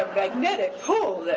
magnetic pull,